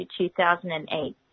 2008